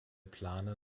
plane